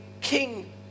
king